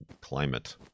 climate